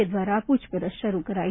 એ દ્વારા પૂછપરછ શરૂ કરાઇ